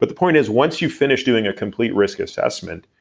but the point is, once you finish doing a complete risk assessment,